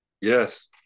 Yes